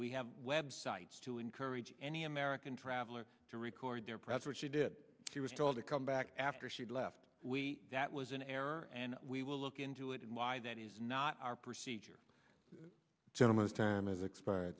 we have web sites to encourage any american traveler to record their press which we did she was told to come back after she left we that was an error and we will look into it and why that is not our procedure gentleman's time is exp